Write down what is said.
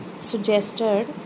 suggested